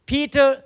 Peter